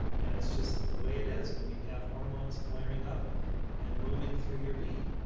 and it's just the way it is when you have hormones flaring up and moving through your being.